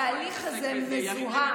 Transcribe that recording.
התהליך הזה מזוהם.